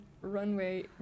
runway